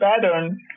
pattern